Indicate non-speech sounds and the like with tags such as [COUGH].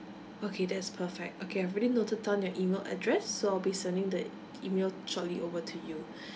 okay that's perfect okay I've already noted down your email address so I'll be sending that email shortly over to you [BREATH]